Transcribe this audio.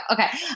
Okay